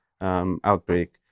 outbreak